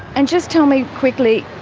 and just tell me quickly,